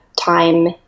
time